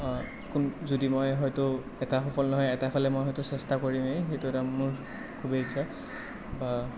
যদি মই হয়টো এটা সফল নহয় এটা ফালে মই হয়টো চেষ্টা কৰিমেই সেইটো এটা মোৰ খুবেই ইচ্ছা